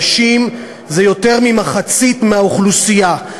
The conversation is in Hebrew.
הנשים הן יותר ממחצית מהאוכלוסייה.